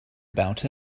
about